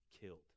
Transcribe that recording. killed